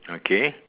okay